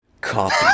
copy